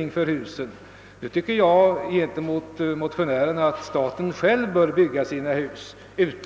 I motsats till motionärerna anser jag att staten själv bör bygga dessa hus och